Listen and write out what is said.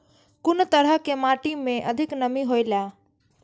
कुन तरह के माटी में अधिक नमी हौला?